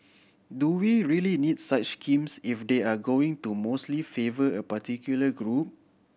do we really needs such schemes if they're going to mostly favour a particular group